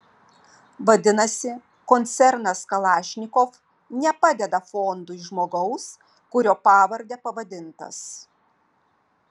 vadinasi koncernas kalašnikov nepadeda fondui žmogaus kurio pavarde pavadintas